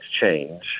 change